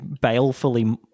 balefully